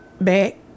back